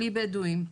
בלי בדואים,